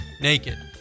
naked